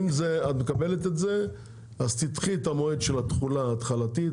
אם את מקבלת את זה אז תדחי את המועד של התכולה ההתחלתית